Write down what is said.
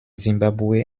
simbabwe